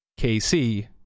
KC